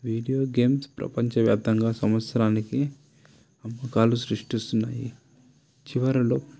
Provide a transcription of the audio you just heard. video games ప్రపంచవ్యాప్తంగా సంవత్సరానికి సృష్టిస్తున్నాయి చివరిలో